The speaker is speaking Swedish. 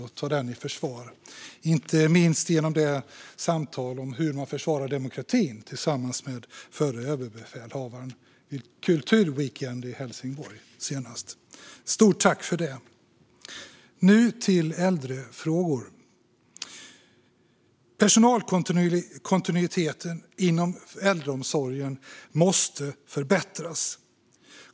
Inte minst gjorde talmannen detta genom sitt samtal med förre överbefälhavaren om hur man försvarar demokratin vid Kulturweekend i Helsingborg. Stort tack för det! Nu till äldrefrågor. Personalkontinuiteten inom äldreomsorgen måste förbättras.